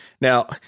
now